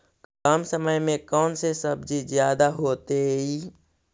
कम समय में कौन से सब्जी ज्यादा होतेई?